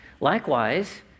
Likewise